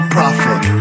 Prophet